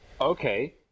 okay